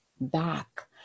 back